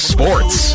Sports